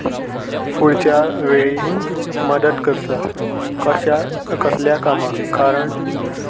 फुडच्या वेळी मदत करता कशा कसल्या कामां कारण